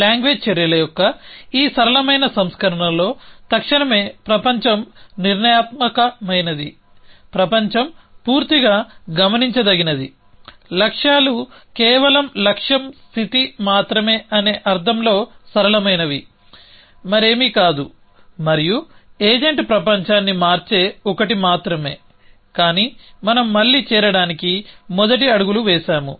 language చర్యల యొక్క ఈ సరళమైన సంస్కరణలో తక్షణమే ప్రపంచం నిర్ణయాత్మకమైనది ప్రపంచం పూర్తిగా గమనించదగినది లక్ష్యాలు కేవలం లక్ష్యం స్థితి మాత్రమే అనే అర్థంలో సరళమైనవి మరేమీ కాదు మరియు ఏజెంట్ ప్రపంచాన్ని మార్చే ఒకటి మాత్రమే కానీ మనం మళ్లీ చేరడానికి మొదటి అడుగులు వేసాము